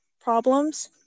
problems